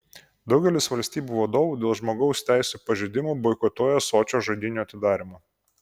daugelis valstybių vadovų dėl žmogaus teisių pažeidimų boikotuoja sočio žaidynių atidarymą